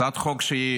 הצעת חוק שהיא,